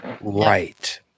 Right